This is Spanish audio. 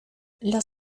los